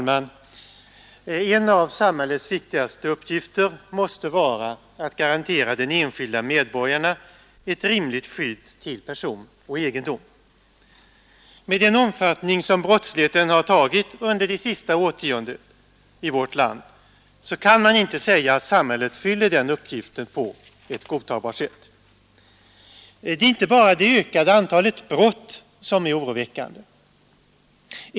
egendom. Med den omfattning som brottsligheten i vårt land har tagit Nr 126 under det senaste årtiondet kan man inte säga att samhället fyller den Onsdagen den uppgiften på ett godtagbart sätt. Det är inte bara det ökade antalet brott 29 november 1972 som är oroväckande.